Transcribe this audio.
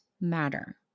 matter